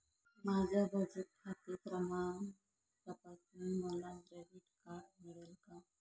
माझा बचत खाते क्रमांक तपासून मला डेबिट कार्ड मिळेल का?